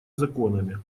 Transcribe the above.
законами